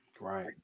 Right